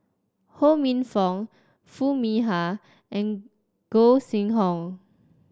Ho Minfong Foo Mee Har and Gog Sing Hooi